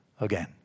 again